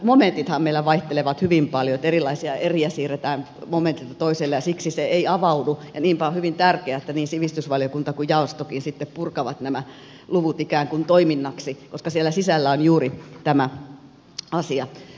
nämä momentithan meillä vaihtelevat hyvin paljon erilaisia eriä siirretään momentilta toiselle ja siksi se ei avaudu ja niinpä on hyvin tärkeää että niin sivistysvaliokunta kuin jaostokin sitten purkavat nämä luvut ikään kuin toiminnaksi koska siellä sisällä on juuri tämä asia